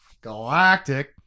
galactic